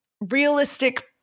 realistic